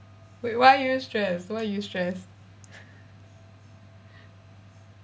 wait why are you stress why are you stress